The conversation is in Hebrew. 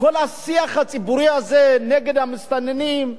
כל השיח הציבורי הזה נגד המסתננים,